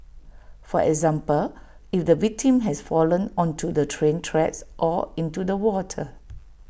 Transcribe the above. for example if the victim has fallen onto the train tracks or into the water